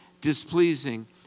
displeasing